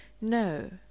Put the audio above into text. No